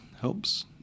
helps